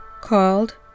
Called